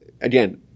again